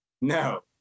No